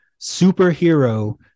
superhero